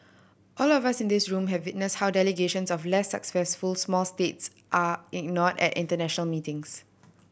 all of us in this room have witnessed how delegations of less successful small states are ignored at international meetings